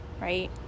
right